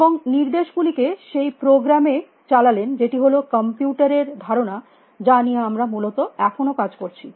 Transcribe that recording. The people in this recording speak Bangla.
এবং নির্দেশ গুলিকে সেই প্রোগ্রামে চালালেন যেটি ছিল কম্পিউটার এর ধারণা যা নিয়ে আমরা মূলত এখনো কাজ করছি